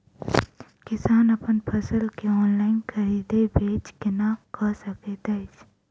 किसान अप्पन फसल केँ ऑनलाइन खरीदै बेच केना कऽ सकैत अछि?